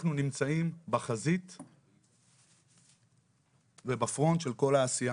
אנחנו נמצאים בחזית ובפרונט של כל העשייה.